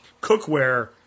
cookware